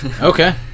Okay